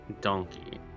donkey